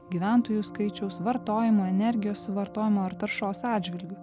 gyventojų skaičiaus vartojimo energijos suvartojimo ir taršos atžvilgiu